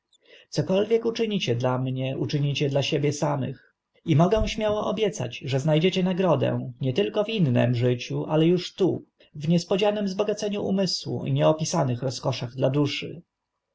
cokolwiek uczynicie dla mnie uczynicie dla samych siebie i mogę śmiało obiecać że zna dziecie nagrodę nie tylko w innym życiu ale uż tu w niespodzianym zbogaceniu umysłu i nieopisanych rozkoszach dla duszy